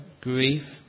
grief